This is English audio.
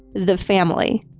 the family.